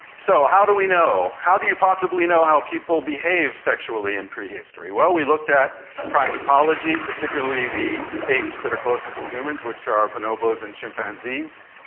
so how do we know, how do you possibly know how people behave sexually in prehistory? well, we looked at primatology, particularly the apes that are closer to humans, which are are bonobos and chimpanzees.